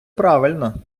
правильно